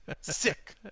sick